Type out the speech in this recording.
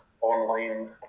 online